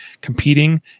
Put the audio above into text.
competing